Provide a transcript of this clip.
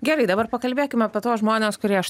gerai dabar pakalbėkim apie tuos žmones kurie